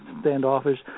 standoffish